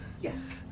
Yes